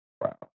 Wow